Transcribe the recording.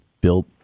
built